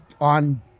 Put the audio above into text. on